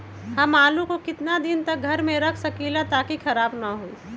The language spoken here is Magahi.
हम आलु को कितना दिन तक घर मे रख सकली ह ताकि खराब न होई?